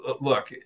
look